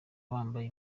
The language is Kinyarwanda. bambaye